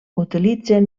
utilitzen